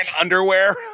underwear